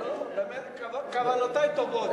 באמת, כוונותי טובות.